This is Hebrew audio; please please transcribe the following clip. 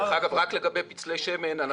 לגבי פצלי שמן.